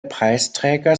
preisträger